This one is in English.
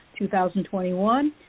2021